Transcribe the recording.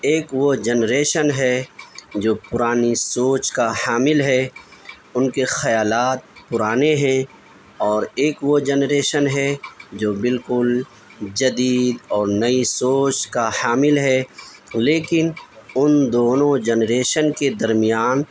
ایک وہ جنریشن ہے جو پرانی سوچ کا حامل ہے ان کے خیالات پرانے ہیں اور ایک وہ جنریشن ہے جو بالكل جدید اور نئی سوچ كا حامل ہے لیکن ان دونوں جنریشن کے درمیان